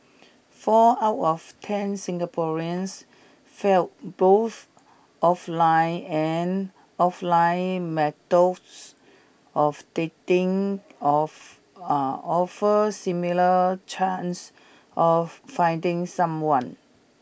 four out of ten Singaporeans felt both offline and offline methods of dating of offered similar chances of finding someone